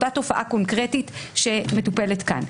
אותה תופעה קונקרטית שמטופלת כאן.